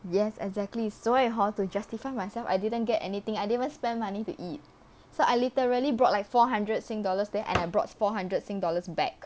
yes exactly 所以 hor to justify myself I didn't get anything I didn't even spend money to eat so I literally brought like four hundred sing dollars there and I brought four hundred sing dollars back